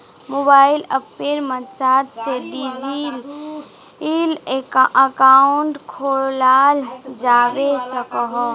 mobile अप्पेर मद्साद से डिजिटल अकाउंट खोलाल जावा सकोह